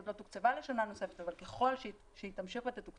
עוד לא תוקצבה לשנה נוספת אבל ככל שהיא תמשיך ותתוקצב,